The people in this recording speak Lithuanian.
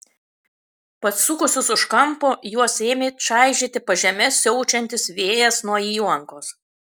pasukusius už kampo juos ėmė čaižyti pažeme siaučiantis vėjas nuo įlankos